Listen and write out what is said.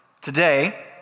Today